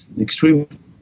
extreme